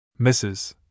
Mrs